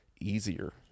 easier